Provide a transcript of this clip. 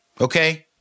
Okay